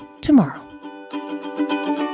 tomorrow